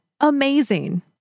amazing